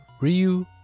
Ryu